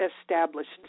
established